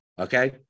Okay